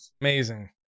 amazing